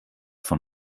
von